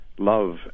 love